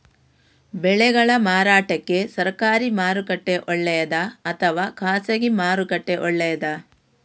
ಬೆಳೆಗಳ ಮಾರಾಟಕ್ಕೆ ಸರಕಾರಿ ಮಾರುಕಟ್ಟೆ ಒಳ್ಳೆಯದಾ ಅಥವಾ ಖಾಸಗಿ ಮಾರುಕಟ್ಟೆ ಒಳ್ಳೆಯದಾ